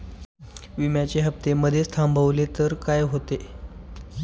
विम्याचे हफ्ते मधेच थांबवले तर काय होते?